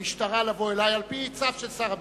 למשטרה לבוא אלי, על-פי צו של שר הביטחון,